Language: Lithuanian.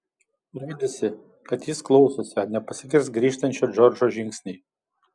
rodėsi kad jis klausosi ar nepasigirs grįžtančio džordžo žingsniai